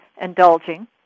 indulging